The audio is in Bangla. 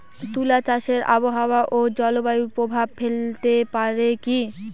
তুলা চাষে আবহাওয়া ও জলবায়ু প্রভাব ফেলতে পারে কি?